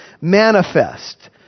manifest